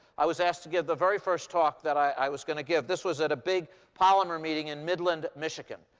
i was asked to give the very first talk that i was going to give. this was at a big polymer meeting in midland, michigan.